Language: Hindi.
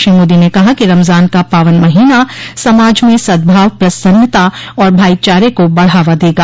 श्री मोदी ने कहा कि रमजान का पावन महीना समाज में सद्भाव प्रसन्नता और भाइचारे को बढावा देगा